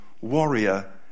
warrior